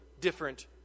different